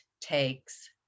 takes